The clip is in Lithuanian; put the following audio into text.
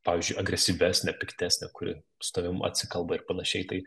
pavyzdžiui agresyvesnę piktesnę kuri su tavim atsikalba ir panašiai tai